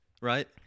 right